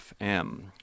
FM